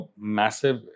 massive